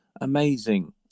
Amazing